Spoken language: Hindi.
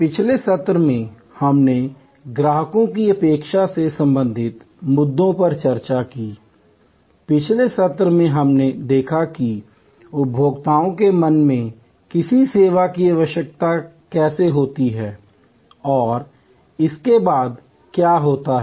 पिछले सत्र में हमने ग्राहकों की अपेक्षा से संबंधित मुद्दों पर चर्चा की पिछले सत्र में हमने देखा कि उपभोक्ताओं के मन में किसी सेवा की आवश्यकता कैसे होती है और इसके बाद क्या होता है